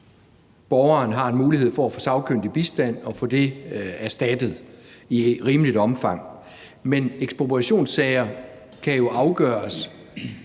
har en mulighed for at få sagkyndig bistand og få det erstattet i rimeligt omfang, og ekspropriationssager kan jo på en